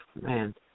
man